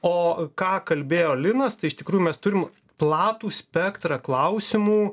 o ką kalbėjo linas tai iš tikrųjų mes turim platų spektrą klausimų